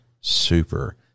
super